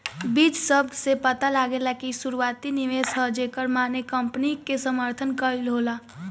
बीज शब्द से पता लागेला कि इ शुरुआती निवेश ह जेकर माने कंपनी के समर्थन कईल होला